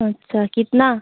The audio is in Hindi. अच्छा कितना